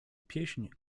pieśń